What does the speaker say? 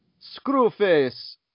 Screwface